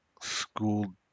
school